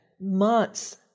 months